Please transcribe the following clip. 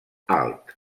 alt